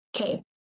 okay